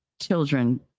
children